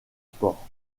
sports